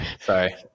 Sorry